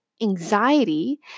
anxiety